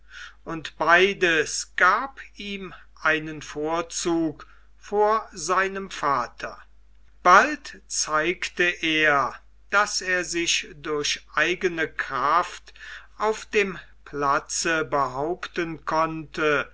und beides gab ihm einen verzug vor seinem vater bald zeigte er daß er sich durch eigene kraft auf dem platze behaupten konnte